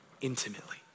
intimately